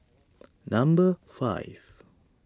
number five